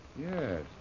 Yes